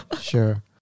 sure